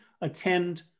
attend